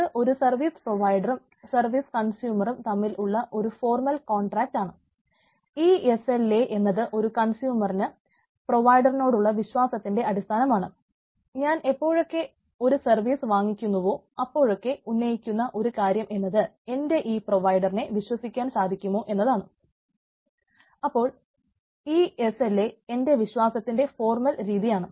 അത് ഒരു സർവീസ് പ്രോവയിടറും രീതിയാണ്